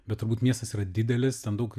bet turbūt miestas yra didelis ten daug